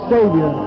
Savior